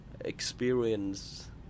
experience